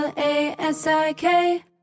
L-A-S-I-K